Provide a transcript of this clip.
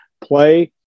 play